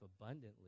abundantly